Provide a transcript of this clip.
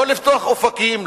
לא לפתוח אופקים,